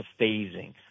phasing